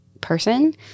person